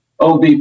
ob